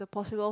possible